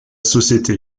société